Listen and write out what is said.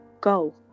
Go